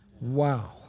Wow